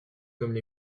comme